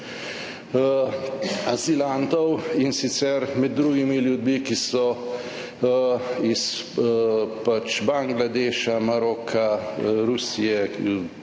in sicer med drugimi ljudje, ki so iz Bangladeša, Maroka, Rusije,